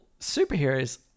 Superheroes